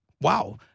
wow